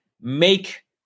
make